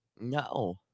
No